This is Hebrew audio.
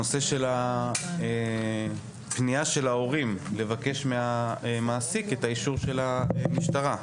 הנושא של פניית ההורים לבקש מהמעסיק את האישור של המשטרה.